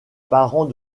parents